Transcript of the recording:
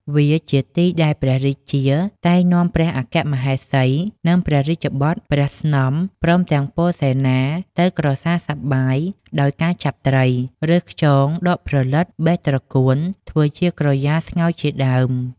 វាជាទីដែលព្រះរាជាតែងនាំព្រះអគ្គមហេសី និងព្រះរាជបុត្រ ព្រះស្នំ ព្រមទាំងពលសេនា ទៅក្រសាលសប្បាយដោយការចាប់ត្រី រើសខ្យង ដកព្រលិត បេះត្រកួន ធ្វើជាក្រយាស្ងោយជាដើម ។